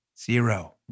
Zero